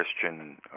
Christian